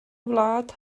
wlad